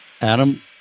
Adam